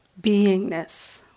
beingness